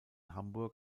hamburg